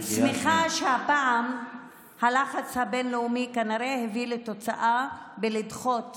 אני שמחה שהפעם הלחץ הבין-לאומי כנראה הביא לתוצאה בדחיית